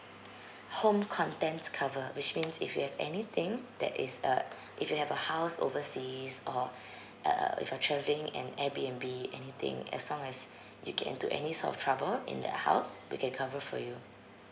home contents cover which means if you have anything that is uh if you have a house overseas or uh uh if you're travelling an Airbnb anything as long as you get into any sort of trouble in that house we can cover for you